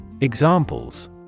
Examples